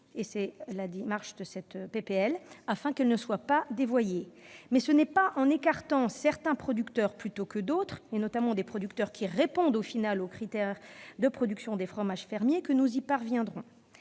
de cette proposition de loi -, afin qu'elle ne soit pas dévoyée, mais ce n'est pas en écartant certains producteurs plutôt que d'autres, notamment les producteurs qui répondent aux critères de production des fromages fermiers, que nous y parviendrons.